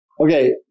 Okay